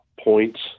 points